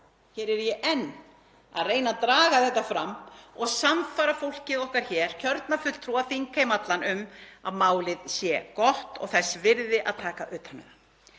Hér er ég enn að reyna að draga þetta fram og sannfæra fólkið okkar hér, kjörna fulltrúa, þingheim allan, um að málið sé gott og þess virði að taka utan um það.